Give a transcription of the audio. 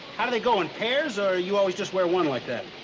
how do they go? in pairs, or you always just wear one like that?